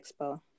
Expo